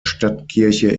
stadtkirche